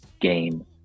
game